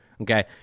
Okay